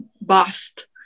bust